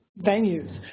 venues